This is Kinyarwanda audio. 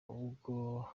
ubwo